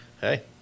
hey